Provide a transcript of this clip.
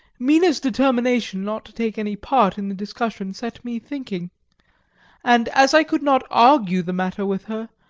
mina's determination not to take any part in the discussion set me thinking and as i could not argue the matter with her,